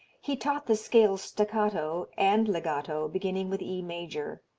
he taught the scales staccato and legato beginning with e major.